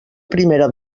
primera